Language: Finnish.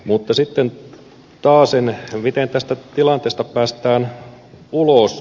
mutta sitten taasen miten tästä tilanteesta päästään ulos